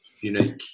unique